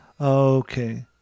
Okay